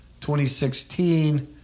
2016